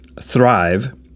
Thrive